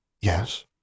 Yes